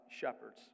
shepherds